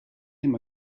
him